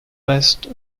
west